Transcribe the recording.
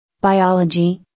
Biology